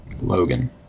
Logan